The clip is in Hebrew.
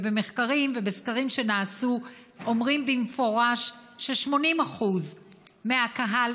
במחקרים ובסקרים שנעשו אומרים במפורש ש-80% מהקהל